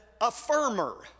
affirmer